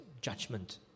judgment